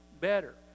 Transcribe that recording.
better